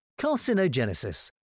Carcinogenesis